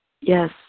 yes